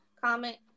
comment